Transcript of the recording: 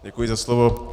Děkuji za slovo.